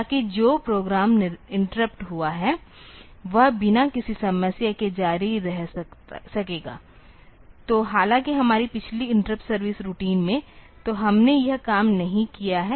ताकि जो program interrupt हुआ वह बिना किसी समस्या के जारी रह सकेगा तो हालांकि हमारी पिछली इंटरप्ट सर्विस रूटीन में तो हमने यह काम नहीं किया है